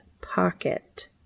pocket